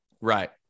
Right